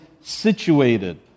situated